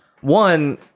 one